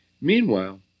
Meanwhile